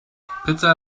pizza